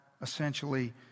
essentially